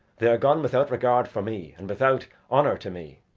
they are gone without regard for me, and without honor to me,